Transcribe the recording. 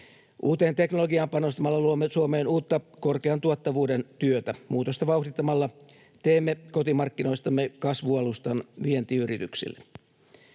Uuteen teknologiaan panostamalla luomme Suomeen uutta korkean tuottavuuden työtä. Muutosta vauhdittamalla teemme kotimarkkinoistamme kasvualustan vientiyrityksille.